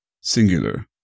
Singular